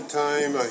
time